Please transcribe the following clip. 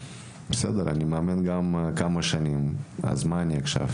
אני מאמן כמה שנים, אז מה אני עכשיו?